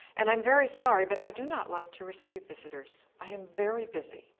and i am very sorry but i do not like to receive visitors. i am very busy.